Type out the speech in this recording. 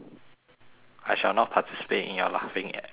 I shall not participate in your laughing en~ endeavours